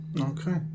Okay